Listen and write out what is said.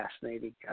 fascinating